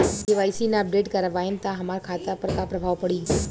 KYC ना update करवाएम त हमार खाता पर का प्रभाव पड़ी?